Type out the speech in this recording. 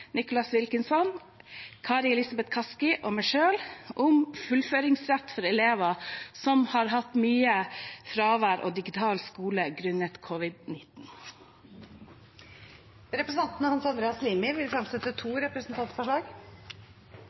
Nicholas Wilkinson, Kari Elisabeth Kaski og meg selv om fullføringsrett for elever som har hatt mye fravær og digital skole grunnet covid-19. Representanten Hans Andreas Limi vil fremsette to representantforslag.